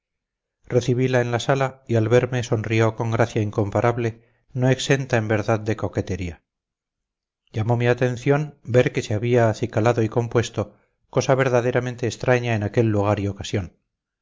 recibila en la sala y al verme sonrió con gracia incomparable no exenta en verdad de coquetería llamó mi atención ver que se había acicalado y compuesto cosa verdaderamente extraña en aquel lugar y ocasión